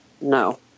No